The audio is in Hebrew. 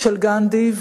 של גנדי,